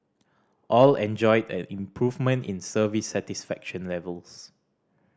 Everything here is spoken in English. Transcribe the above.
all enjoyed an improvement in service satisfaction levels